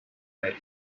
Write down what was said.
life